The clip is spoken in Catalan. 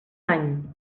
any